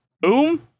boom